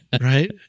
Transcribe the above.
right